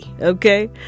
okay